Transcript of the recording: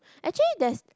actually there's